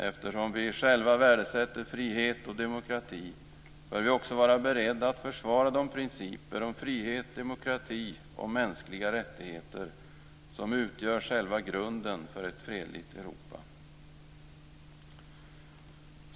Eftersom vi själva värdesätter frihet och demokrati, bör vi också vara beredda att försvara de principer om frihet, demokrati och mänskliga rättigheter som utgör själva grunden för ett fredligt Europa.